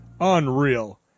unreal